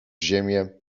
ziemię